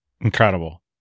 Incredible